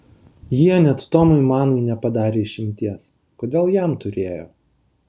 jie net tomui manui nepadarė išimties kodėl jam turėjo